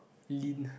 lean